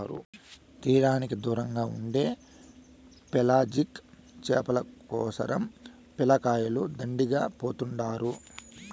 తీరానికి దూరంగా ఉండే పెలాజిక్ చేపల కోసరం పిల్లకాయలు దండిగా పోతుండారు